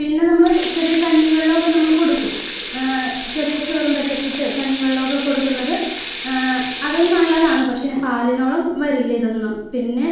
പിന്നെ നമ്മള് ചെറിയ കഞ്ഞിവെള്ളമൊക്കെ നമ്മള് കൊടുക്കും ചെറിയ ചോറും പറ്റ് ഒക്കെ ഇട്ട് കഞ്ഞിവെള്ളമൊക്കെ കൊടുക്കുന്നത് അത് നല്ലതാണ് പക്ഷേ പാലിനോളം വരില്ലിതൊന്നും പിന്നെ